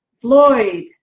Floyd